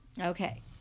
Okay